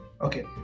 Okay